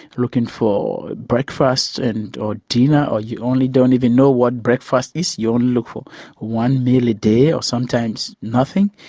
looking for breakfast and or dinner, or you only don't even know what breakfast is, you only look for one meal a day or sometimes nothing,